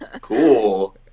Cool